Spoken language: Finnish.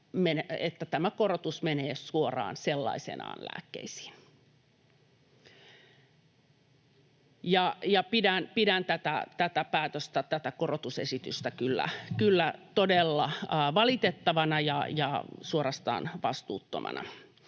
että tämä korotus menee suoraan sellaisenaan lääkkeisiin. Pidän tätä päätöstä, tätä korotusesitystä kyllä todella valitettavana ja suorastaan vastuuttomana.